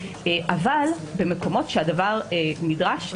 אבל במקומות שהדבר נדרש,